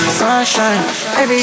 sunshine